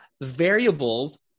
variables